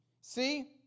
See